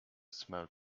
smelled